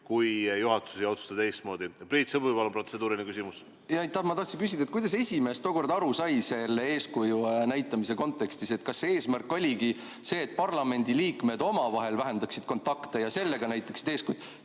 kui juhatus ei otsusta teistmoodi. Priit Sibul, palun, protseduuriline küsimus! Aitäh! Ma tahtsin küsida, kuidas esimees tookord aru sai selle eeskuju näitamise kontekstis. Kas eesmärk oligi see, et parlamendiliikmed omavahel vähendaksid kontakte ja sellega näitaksid eeskuju?